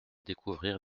découvrir